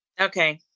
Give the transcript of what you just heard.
Okay